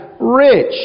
rich